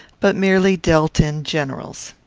but merely dealt in generals.